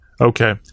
Okay